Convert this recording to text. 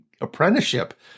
apprenticeship